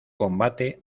combate